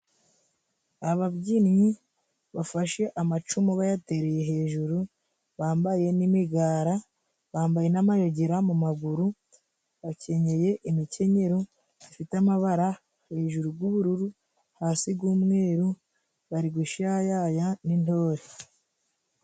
Ababyinnyi bafashe amacumu bayatereye hejuru bambaye n'imigara, bambaye n'amayogera mu maguru, bakenyeye imikenyero ifite amabara hejuru g'ubururu hasi g'umweru bari gushayaya n'intore.